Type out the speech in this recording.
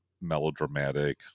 melodramatic